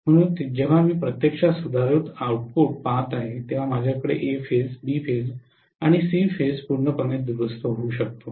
म्हणून जेव्हा मी प्रत्यक्षात सुधारित आऊटपुट पहात आहे तेव्हा माझ्याकडे ए फेज बी फेज आणि सी फेज पूर्णपणे दुरुस्त होऊ शकतो